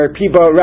people